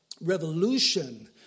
revolution